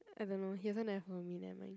I don't know he also never follow me never mind